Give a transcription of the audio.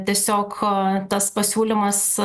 tiesiog tas pasiūlymas